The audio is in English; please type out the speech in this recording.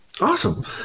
Awesome